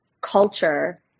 culture